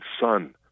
son